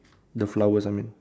the flowers I mean